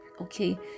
okay